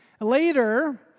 Later